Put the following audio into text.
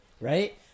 right